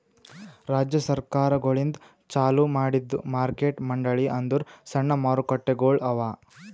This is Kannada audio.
ರಾಜ್ಯ ಸರ್ಕಾರಗೊಳಿಂದ್ ಚಾಲೂ ಮಾಡಿದ್ದು ಮಾರ್ಕೆಟ್ ಮಂಡಳಿ ಅಂದುರ್ ಸಣ್ಣ ಮಾರುಕಟ್ಟೆಗೊಳ್ ಅವಾ